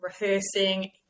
rehearsing